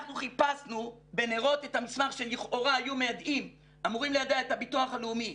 אנחנו חיפשנו בנרות את המסמך שלכאורה היו אמורים ליידע את הביטוח הלאומי